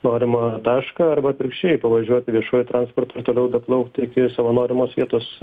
norimą tašką arba atvirkščiai pavažiuoti viešuoju transportu o toliau plaukti iki savo norimos vietos